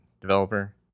developer